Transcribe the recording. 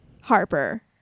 Harper